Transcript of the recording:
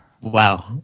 wow